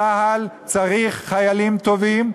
צה"ל צריך חיילים טובים,